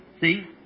See